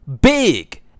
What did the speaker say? big